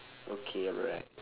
okay alright